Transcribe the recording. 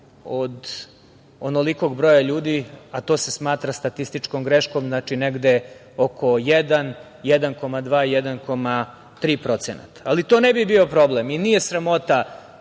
od onolikog broja ljudi, a to se smatra statističkom greškom, znači negde oko 1, 1,2, 1,3%.Ali to ne bi bio problem i nije sramota